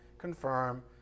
confirm